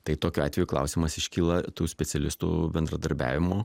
tai tokiu atveju klausimas iškyla tų specialistų bendradarbiavimo